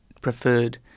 preferred